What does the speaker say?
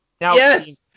Yes